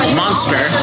monster